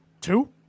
Two